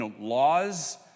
laws